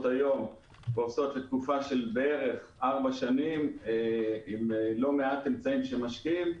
היום בתקופה של בערך ארבע שנים עם לא מעט אמצעים שמשקיעים,